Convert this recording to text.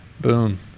Boom